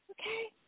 okay